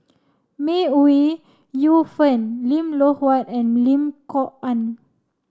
May Ooi Yu Fen Lim Loh Huat and Lim Kok Ann